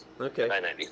Okay